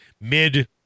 Mid